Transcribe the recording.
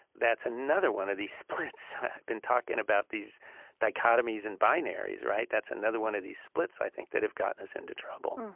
that's another one of these splits. i've been talking about these dichotomies and binaries, right? that's another one of these splits i think that have gotten us into trouble